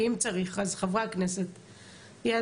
כי אם צריך אז חברי הכנסת יעזרו.